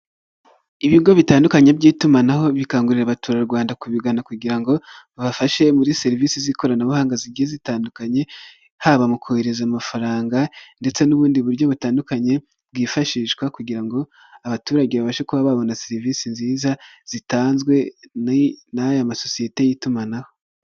Ibigo bitandukanye by'itumanaho bikangurira abaturarwanda kubigana kugira ngo babafashe muri serivisi z'ikoranabuhanga zigiye zitandukanye, haba mu kohereza amafaranga ndetse n'ubundi buryo butandukanye, bwifashishwa kugira ngo abaturage babashe kuba babona serivisi nziza, zitanzwe n'aya masosiyete y'itumanaho.